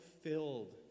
filled